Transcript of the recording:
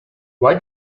why